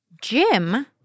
Jim